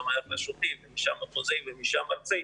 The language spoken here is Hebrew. משם מחוזית ומשם ארצית,